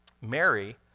Mary